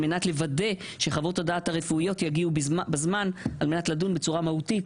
על מנת לוודא שחוות הדעת הרפואיות יגיעו בזמן על מנת לדון בצורה מהותית